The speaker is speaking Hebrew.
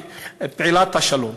פעילת השלום.